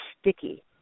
sticky